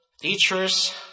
teachers